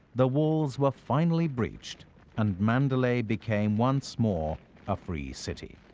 the walls were finally breached and mandalay became once more a free city.